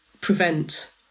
prevent